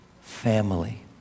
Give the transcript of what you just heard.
family